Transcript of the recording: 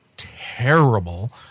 terrible